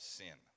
sin